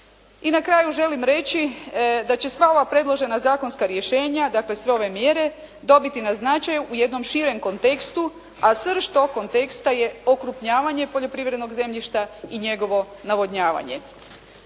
I na kraju želim reći da će sva ova predložena zakonska rješenja dakle sve ove mjere dobiti na značaju u jednom širem kontekstu a srž tog konteksta je okrupnjavanje poljoprivrednog zemljišta i njegovo navodnjavanje.